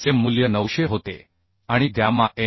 चे मूल्य 900 होते आणि गॅमा m